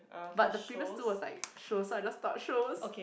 but the previous two was like shows so I just thought shows